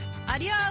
Adios